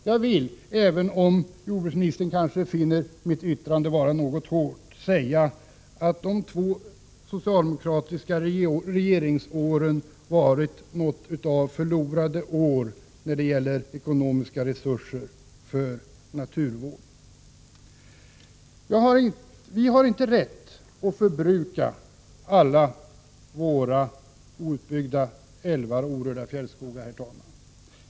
Jag vill dock, även om jordbruksministern kanske finner mitt yttrande vara något hårt, säga att de två socialdemokratiska regeringsåren varit något av förlorade år när det gäller ekonomiska resurser för naturvård. Vi har inte rätt att förbruka alla våra outbyggda älvar och orörda fjällskogar.